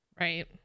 right